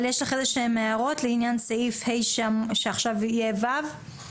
אבל יש לך איזשהן הערות לעניין סעיף (ה) שעכשיו יהיה (ו)?